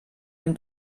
dem